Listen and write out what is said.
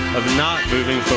of not moving so